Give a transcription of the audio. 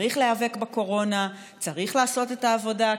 צריך להיאבק בקורונה, צריך לעשות את העבודה.